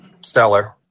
Stellar